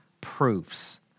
proofs